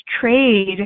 trade